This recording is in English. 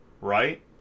right